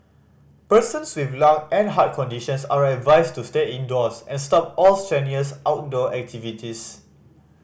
persons with lung and heart conditions are advised to stay indoors and stop all strenuous outdoor activities